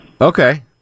Okay